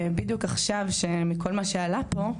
בדיוק עכשיו מכל מה שעלה פה,